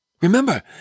Remember